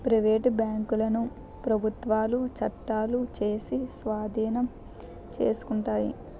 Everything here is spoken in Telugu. ప్రైవేటు బ్యాంకులను ప్రభుత్వాలు చట్టాలు చేసి స్వాధీనం చేసుకుంటాయి